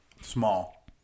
small